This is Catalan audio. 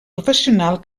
professional